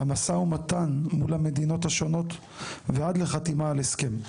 המשא ומתן מול המדינות השונות ועד לחתימה על הסכם.